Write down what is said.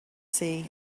see